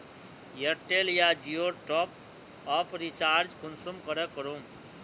Airtel या जियोर top आप रिचार्ज कुंसम करे करूम?